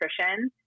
nutrition